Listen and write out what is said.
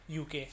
UK